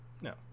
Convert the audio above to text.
no